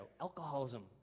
Alcoholism